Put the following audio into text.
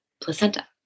placenta